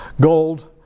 gold